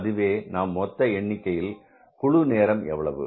அதுவே நாம் மொத்த எண்ணிக்கையில் குழு நேரம் எவ்வளவு